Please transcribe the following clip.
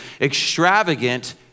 extravagant